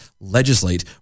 legislate